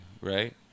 right